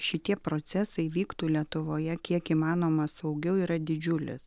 šitie procesai vyktų lietuvoje kiek įmanoma saugiau yra didžiuli